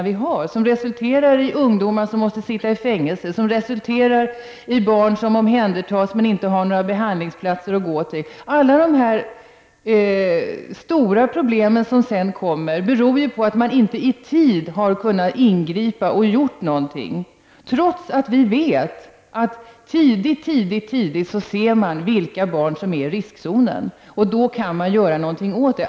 De resulterar i att ungdomar måste sitta i fängelse och i att barn som omhändertas inte har några behandlingsplatser att gå till. Alla de stora problem som kommer sedan beror på att man inte i tid har kunnat ingripa och göra någonting. Vi vet trots allt att man tidigt tidigt ser vilka barn som är i riskzonen och att man då kan göra någonting åt det.